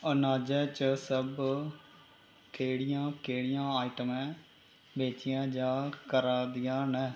अनाजै च सब केह्ड़ियां केह्ड़ियां आइटमां बेचियां जा करा दियां न